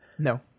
No